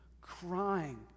crying